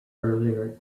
earlier